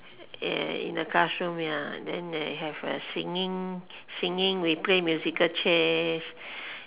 ya in the classroom ya then they have a singing singing we play musical chairs